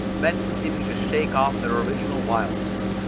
men continue to shake off their original wildness,